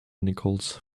nichols